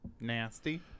nasty